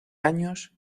años